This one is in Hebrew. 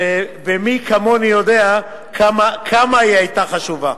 ומי כמוני יודע כמה היא היתה חשובה.